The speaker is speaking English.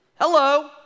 Hello